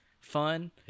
fun